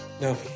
No